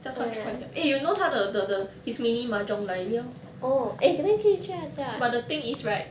叫他 try ah eh you know 他的的 his mini mahjong 来了 but the thing is right